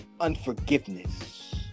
unforgiveness